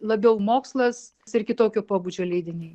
labiau mokslas ir kitokio pobūdžio leidiniai